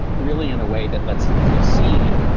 really in a way that lets them feel seen,